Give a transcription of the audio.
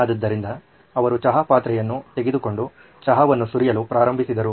ಆದ್ದರಿಂದ ಅವರು ಚಹಾ ಪಾತ್ರೆಯನ್ನು ತೆಗೆದುಕೊಂಡು ಚಹಾವನ್ನು ಸುರಿಯಲು ಪ್ರಾರಂಭಿಸಿದರು